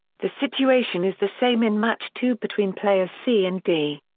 the situation is the same in match two between players c and d.